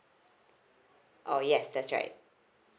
oh yes that's right